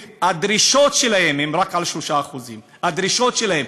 והדרישות שלהם הן רק על 3%. הדרישות שלהם,